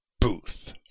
booth